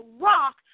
rock